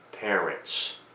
parents